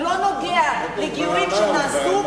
הוא לא נוגע לגיורים שנעשו,